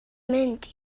mynd